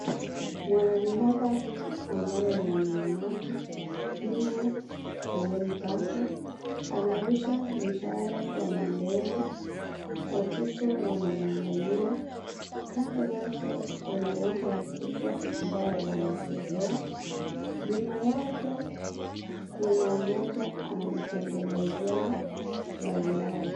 Mwanariadha huyu, ambaye ni mlemavu yumo shuleni pake. Anarusha mshale kuenda mbele. Watoto wanamwangalia. Kando yake, kuna uwanja mkubwa ambao wanachezea. Nyuma yake, kuna mmoja anamtengenezea gari lake.